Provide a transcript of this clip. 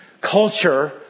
culture